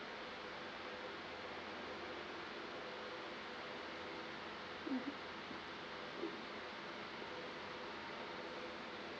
mmhmm